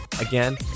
Again